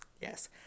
yes